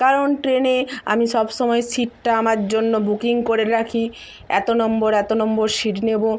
কারণ ট্রেনে আমি সব সময় সিটটা আমার জন্য বুকিং করে রাখি এত নম্বর এত নম্বর সিট নেব